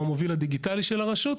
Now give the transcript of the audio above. הוא המוביל הדיגיטלי של הרשות.